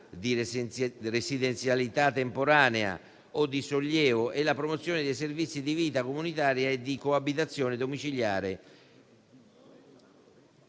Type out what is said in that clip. di residenzialità temporanea o di sollievo e la promozione dei servizi di vita comunitaria e di coabitazione domiciliare.